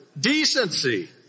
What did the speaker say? decency